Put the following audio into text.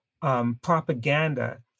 Propaganda